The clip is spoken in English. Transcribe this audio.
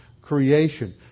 creation